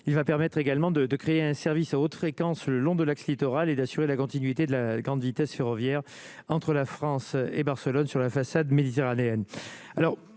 il va permettre également de créer un service à haute fréquence, le long de l'axe littoral et d'assurer la continuité de la grande vitesse ferroviaire entre la France et Barcelone sur la façade méditerranéenne